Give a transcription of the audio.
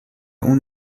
اون